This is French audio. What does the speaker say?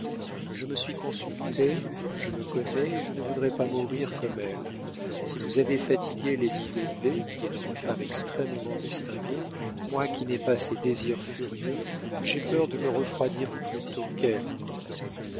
je me suis consultée je me connais et je ne voudrais pas mourir comme elle si vous avez fatigué lady dudley qui est une femme extrêmement distinguée moi qui n'ai pas ses désirs furieux j'ai peur de me refroidir plus tôt qu'elle encore